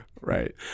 Right